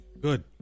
good